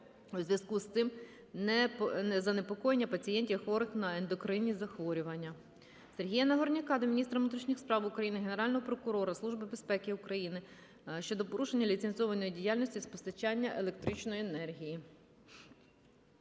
у зв'язку з цим, занепокоєння пацієнтів, хворих на ендокринні захворювання. Сергія Нагорняка до міністра внутрішніх справ України, Генерального прокурора, Служби безпеки України щодо порушення ліцензованої діяльності з постачання електричної енергії.